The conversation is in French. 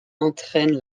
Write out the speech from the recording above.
entraîne